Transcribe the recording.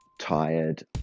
Tired